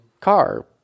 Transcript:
car